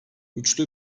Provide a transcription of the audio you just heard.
üçlü